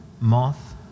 moth